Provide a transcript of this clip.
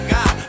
God